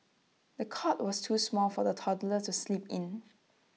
the cot was too small for the toddler to sleep in